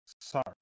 Sorry